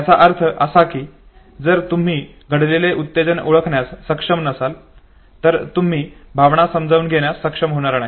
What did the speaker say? याचा अर्थ असा आहे की जर तुम्ही घडलेले उत्तेजन ओळखण्यास सक्षम नसाल तर तुम्ही भावना समजून घेण्यास सक्षम होणार नाही